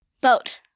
Boat